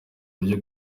buryo